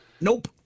Nope